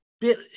bit